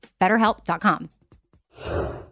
BetterHelp.com